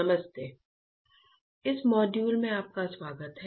नमस्ते इस मॉड्यूल में आपका स्वागत है